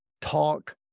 talk